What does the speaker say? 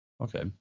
Okay